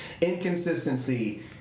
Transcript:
Inconsistency